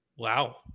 Wow